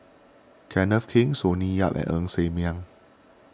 Kenneth Keng Sonny Yap and Ng Ser Miang